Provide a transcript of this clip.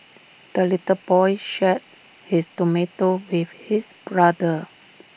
the little boy shared his tomato with his brother